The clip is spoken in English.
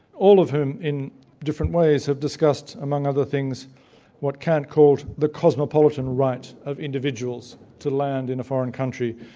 all of whom in different ways have discussed among other things what kant calls the cosmopolitan right of individuals to land in a foreign country,